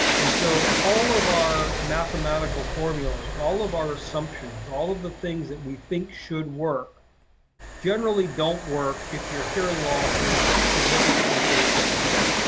and so all of our mathematical formulas, all of our assumptions, all of the things we think should work generally don't work if your hearing loss is significantly atypical.